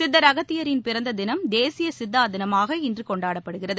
சித்தர் அகத்தியரின் பிறந்த தினம் தேசிய சித்தா தினமாக இன்று கொண்டாடப்படுகிறது